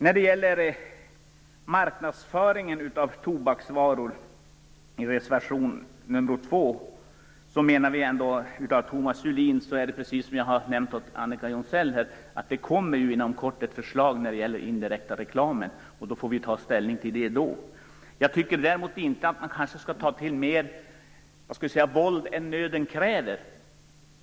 Reservation nr 2 av Thomas Julin handlar om marknadsföringen av tobaksvaror. Som jag redan har påpekat till Annika Jonsell kommer det inom kort ett förslag angående den indirekta reklamen, och vi får då ta ställning till den saken. Däremot tycker jag inte att vi här så att säga skall ta till mer våld än nöden kräver.